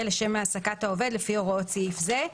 לשם העסקת העובד לפי הוראות סעיף זה.